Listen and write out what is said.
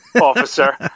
officer